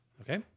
Okay